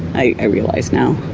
i realise now.